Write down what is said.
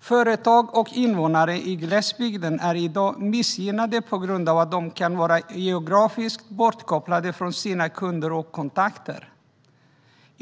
Företag och invånare i glesbygden är i dag missgynnade på grund av att de kan vara geografiskt bortkopplade från sina kunder och kontakter.